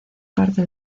parte